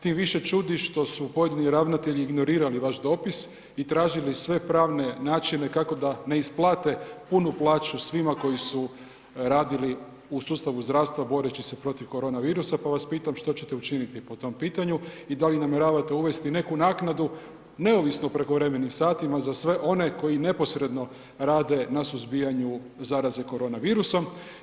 Tim više čudi što su pojedini ravnatelji ignorirali vaš dopis i tražili sve pravne načine kako da ne isplate punu plaću svima koji su radili u sustavu zdravstva boreći se protiv koronavirusa, pa vas pitam što ćete učiniti po tom pitanju i da li namjeravate uvesti neku naknadu neovisno o prekovremenim satima za sve one koji neposredno rade na suzbijanju zaraze koronavirusom?